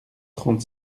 trente